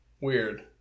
weird